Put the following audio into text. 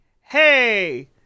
Hey